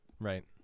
right